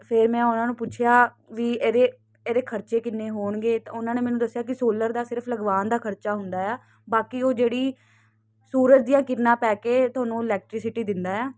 ਫਿਰ ਮੈਂ ਉਹਨਾਂ ਨੂੰ ਪੁੱਛਿਆ ਵੀ ਇਹਦੇ ਇਹਦੇ ਖਰਚੇ ਕਿੰਨੇ ਹੋਣਗੇ ਉਹਨਾਂ ਨੇ ਮੈਨੂੰ ਦੱਸਿਆ ਕਿ ਸੋਲਰ ਦਾ ਸਿਰਫ ਲਗਵਾਣ ਦਾ ਖਰਚਾ ਹੁੰਦਾ ਆ ਬਾਕੀ ਉਹ ਜਿਹੜੀ ਸੂਰਜ ਦੀਆਂ ਕਿਰਨਾ ਪੈ ਕੇ ਤੁਹਾਨੂੰ ਇਲੈਕਟਰੀਸਿਟੀ ਦਿੰਦਾ ਆ